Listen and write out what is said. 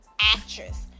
actress